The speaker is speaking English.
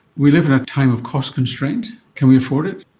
we live in a time of cost constraint. can we afford it?